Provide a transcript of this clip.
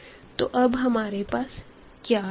तो अब हमारे पास क्या है